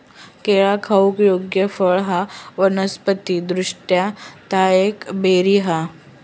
केळा खाऊक योग्य फळ हा वनस्पति दृष्ट्या ता एक बेरी हा